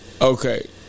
Okay